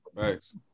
thanks